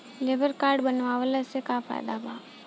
Labour card बनवाला से का फायदा बा?